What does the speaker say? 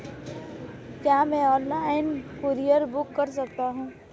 क्या मैं online courier book कर सकता हूँ?